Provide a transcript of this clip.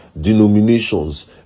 denominations